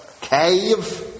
cave